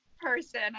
person